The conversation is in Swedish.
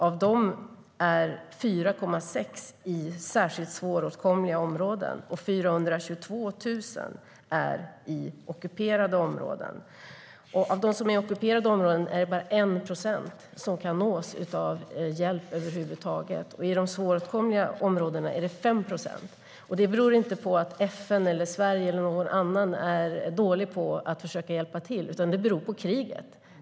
Av dessa finns 4,6 miljoner i särskilt svåråtkomliga områden, och 422 000 finns i ockuperade områden. Av dem som finns i ockuperade områden är det bara 1 procent som kan nås av hjälp över huvud taget. I de svåråtkomliga områdena är det 5 procent. Det beror inte på att FN, Sverige eller någon annan är dåliga på att försöka hjälpa till, utan det beror på kriget.